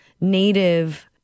native